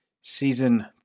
Season